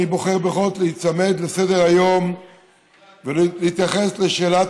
אני בוחר בכל זאת להיצמד לסדר-היום ולהתייחס לשאלת